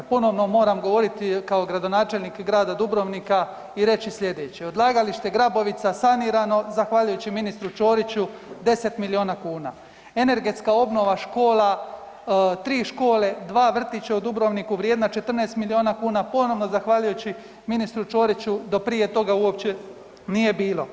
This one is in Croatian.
Ponovno moram govoriti kao gradonačelnik grada Dubrovnika i reći slijedeće, odlagalište Grabovica sanirano zahvaljujući ministru Ćoriću 10 milijona kuna, energetska obnova škola, tri škole, dva vrtića u Dubrovniku vrijedna 14 milijona kuna ponovno zahvaljujući ministru Ćoriću, do prije toga uopće nije bilo.